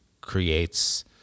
creates